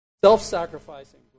self-sacrificing